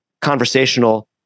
conversational